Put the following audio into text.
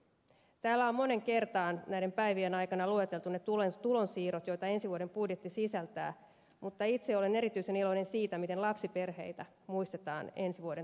täällä on moneen kertaan näiden päi vien aikana lueteltu ne tulonsiirrot joita ensi vuoden budjetti sisältää mutta itse olen erityisen iloinen siitä miten lapsiperheitä muistetaan ensi vuoden talousarviossa